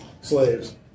slaves